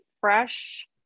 fresh